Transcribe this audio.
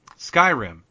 Skyrim